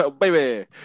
Baby